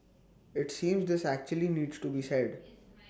IT seems this actually needs to be said